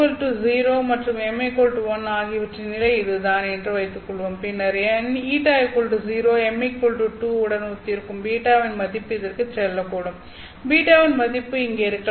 Η0 மற்றும் m 1 ஆகியவற்றின் நிலை இதுதான் என்று வைத்துக்கொள்வோம் பின்னர் η0 m2 உடன் ஒத்திருக்கும் β இன் மதிப்பு இதற்குச் செல்லக்கூடும் β இன் மதிப்பு இங்கே இருக்கலாம்